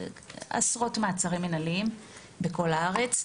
מדובר בעשרות מעצרים מנהליים בכל הארץ.